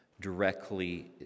directly